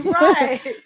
right